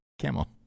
camel